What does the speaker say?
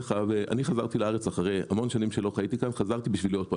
אני חזרתי לארץ אחרי המון שנים שלא חייתי כאן וחזרתי כדי להיות כאן.